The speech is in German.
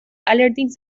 allerdings